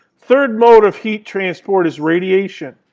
third mode of heat transport is radiation.